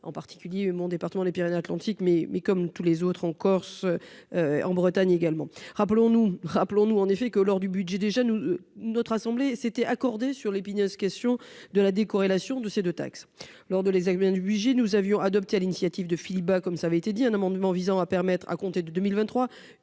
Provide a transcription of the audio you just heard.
en particulier mon département des Pyrénées-Atlantiques mais mais comme tous les autres en Corse. En Bretagne, également. Rappelons-nous, rappelons-nous en effet que lors du budget déjà nous notre assemblée s'étaient accordés sur l'épineuse question de la décorrélation de ces de taxes lors de l'ESA bien du budget nous avions adopté à l'initiative de Philippe Bas comme cela avait été dit un amendement visant à permettre à compter de 2023.